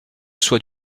soit